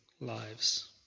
lives